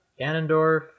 Ganondorf